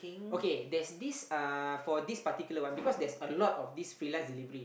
okay there's this uh for this particular one because there's a lot of this freelance delivery